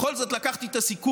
בכל זאת לקחתי את הסיכון,